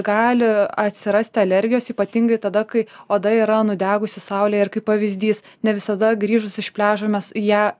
gali atsirast alergijos ypatingai tada kai oda yra nudegusi saulėje ir kaip pavyzdys ne visada grįžus iš pliažo mes ją